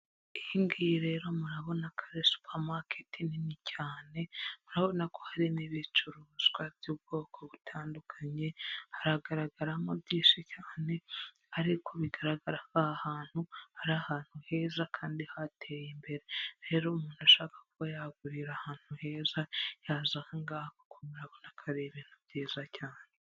Iyingiyi rero murabona ca supamaketi nini cyane murabona ko hari n'ibicuruswa by'ubwoko butandukanye haragaragaramo byinshi cyane ariko bigaragara ko aha hantu hari ahantu heza kandi hateye imbere rero umuntu a ushaka ko yagurira ahantu heza yazahanturabonaba ibintu byiza cyane.